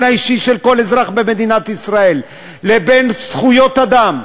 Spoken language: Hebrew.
האישי של כל אזרח במדינת ישראל לבין זכויות אדם,